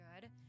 good